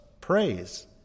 praise